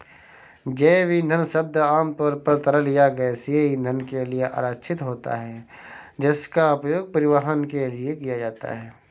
जैव ईंधन शब्द आमतौर पर तरल या गैसीय ईंधन के लिए आरक्षित होता है, जिसका उपयोग परिवहन के लिए किया जाता है